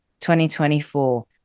2024